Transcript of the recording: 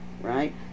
right